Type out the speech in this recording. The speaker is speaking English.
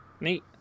Neat